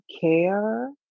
care